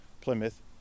Plymouth